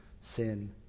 sin